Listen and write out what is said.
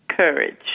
Courage